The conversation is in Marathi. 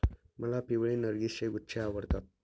मला पिवळे नर्गिसचे गुच्छे आवडतात